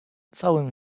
całym